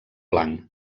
blanc